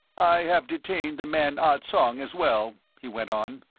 i have detained the man ah tsong as well, he went on.